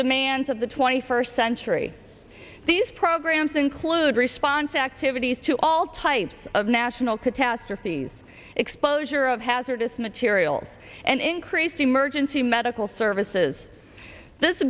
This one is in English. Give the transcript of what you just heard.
demands of the twenty first century these programs include response activities to all types of national catastrophes exposure of hazardous materials and increased emergency medical services this